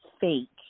fake